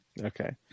Okay